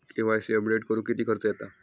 KYC update करुक किती खर्च येता?